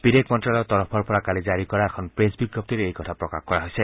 বিদেশ মন্ত্ৰালয়ৰ তৰফৰ পৰা কালি জাৰি কৰা এখন প্ৰেছ বিজ্ঞপ্তিত এই কথা প্ৰকাশ কৰা হৈছে